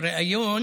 בריאיון